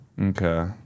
Okay